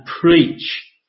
preach